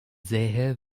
sähe